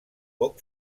poc